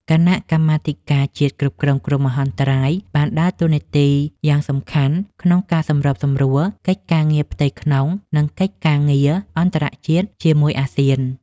គណៈកម្មាធិការជាតិគ្រប់គ្រងគ្រោះមហន្តរាយបានដើរតួនាទីយ៉ាងសំខាន់ក្នុងការសម្របសម្រួលកិច្ចការងារផ្ទៃក្នុង និងកិច្ចការងារអន្តរជាតិជាមួយអាស៊ាន។